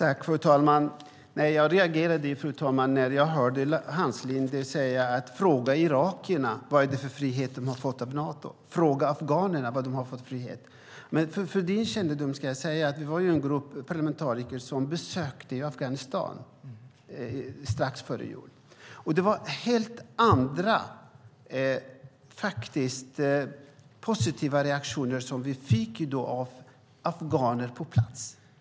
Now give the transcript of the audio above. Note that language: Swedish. Fru talman! Jag reagerade när jag hörde Hans Linde säga att vi skulle fråga irakierna vad det är för frihet de har fått av Nato och fråga afghanerna vad de har för frihet. För din kännedom ska jag säga att vi var en grupp parlamentariker som besökte Afghanistan strax före jul, och det var helt andra, positiva reaktioner som vi fick av afghaner på plats.